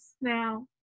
now